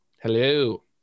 hello